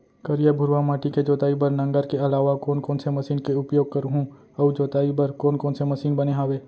करिया, भुरवा माटी के जोताई बर नांगर के अलावा कोन कोन से मशीन के उपयोग करहुं अऊ जोताई बर कोन कोन से मशीन बने हावे?